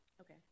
okay